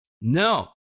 No